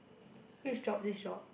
which job this job